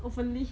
openly